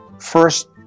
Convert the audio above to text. first